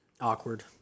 Awkward